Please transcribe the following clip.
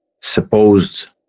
supposed